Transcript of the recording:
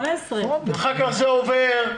אחר כך זה עובר,